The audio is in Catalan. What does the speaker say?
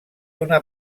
una